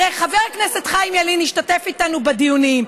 הרי חבר הכנסת חיים ילין השתתף איתנו בדיונים,